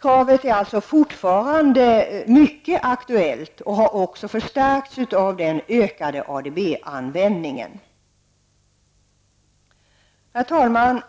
Kravet är således fortfarande mycket aktuellt och har också förstärkts genom den ökade ADB Herr talman!